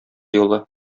юлы